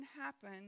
happen